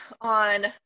on